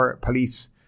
police